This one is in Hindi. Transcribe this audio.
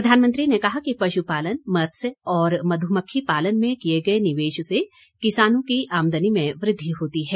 प्रधानमंत्री ने कहा कि पशुपालन मत्स्य और मध्मक्खी पालन में किए गए निवेश से किसानों की आमदनी में वृद्धि होती है